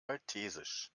maltesisch